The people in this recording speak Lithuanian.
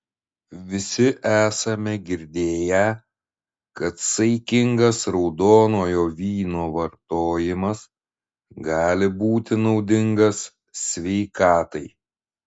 visi esame girdėję kad saikingas raudonojo vyno vartojimas gali būti naudingas sveikatai